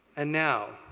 and now,